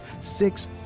Six